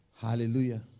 Hallelujah